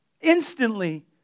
Instantly